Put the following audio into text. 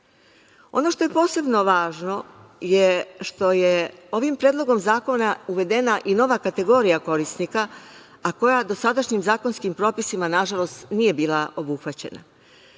što je posebno važno je što je ovim predlogom zakona uvedena i nova kategorija korisnika, a koja dosadašnjim zakonskim propisima nažalost nije bila obuhvaćena.